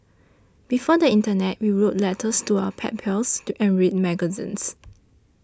before the internet we wrote letters to our pen pals and read magazines